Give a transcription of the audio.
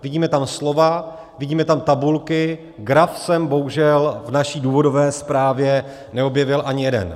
Vidíme tam slova, vidíme tam tabulky, graf jsem bohužel v naší důvodové zprávě neobjevil ani jeden.